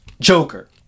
Joker